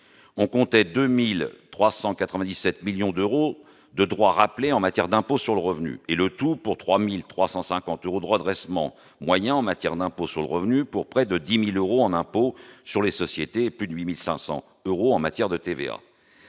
On comptait 2 397 millions d'euros de droits rappelés en matière d'impôt sur le revenu, le tout pour 3 350 euros de redressement moyen en matière d'impôt sur le revenu, pour près de 10 000 euros en matière d'impôt sur les sociétés et plus de 8 500 euros en matière de TVA.